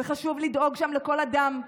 חשוב לדאוג שם לכל אדם,